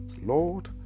Lord